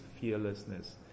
fearlessness